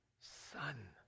son